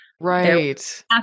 Right